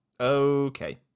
okay